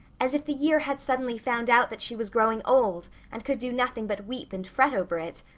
as if the year had suddenly found out that she was growing old and could do nothing but weep and fret over it.